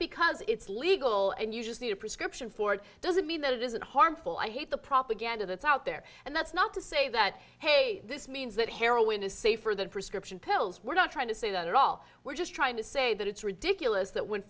because it's legal and you just need a prescription for it doesn't mean that it isn't harmful i hate the propaganda that's out there and that's not to say that hey this means that heroin is safer than prescription pills we're not trying to say that at all we're just trying to say that it's ridiculous that w